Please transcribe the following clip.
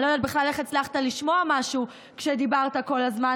אני לא יודעת בכלל איך הצלחת לשמוע משהו כשדיברת כל הזמן,